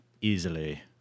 easily